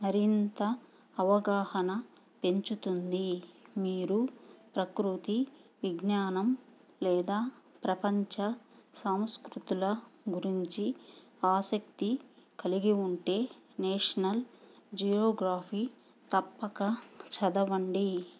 మరింత అవగాహన పెంచుతుంది మీరు ప్రకృతి విజ్ఞానం లేదా ప్రపంచ సాంస్కృతుల గురించి ఆసక్తి కలిగి ఉంటే నేషనల్ జియోగ్రాఫీ తప్పక చదవండి